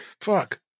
Fuck